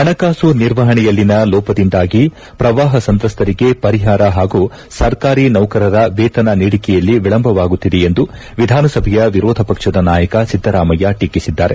ಹಣಕಾಸು ನಿರ್ವಹಣೆಯಲ್ಲಿನ ಲೋಪದಿಂದಾಗಿ ಪ್ರವಾಹ ಸಂತ್ರಸ್ತರಿಗೆ ಪರಿಹಾರ ಹಾಗೂ ಸರ್ಕಾರಿ ನೌಕರರ ವೇತನ ನೀಡಿಕೆಯಲ್ಲಿ ವಿಳಂಬವಾಗುತ್ತಿದೆ ಎಂದು ವಿಧಾನಸಭೆಯ ವಿರೋಧ ಪಕ್ಷದ ನಾಯಕ ಸಿದ್ದರಾಮಯ್ಯ ಟೀಕಿಸಿದ್ದಾರೆ